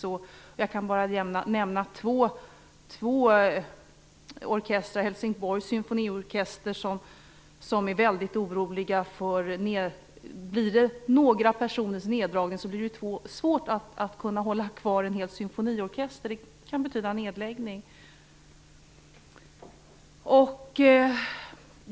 Det gäller t.ex. Helsingborgs Symfoniorkester, vars medlemmar är väldigt oroliga. Om det blir fråga om en neddragning med ett par personer blir det ju svårt att fortsätta med en hel symfoniorkester. Det kan i så fall betyda en nedläggning.